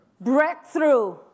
Breakthrough